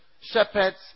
shepherds